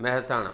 Mehsana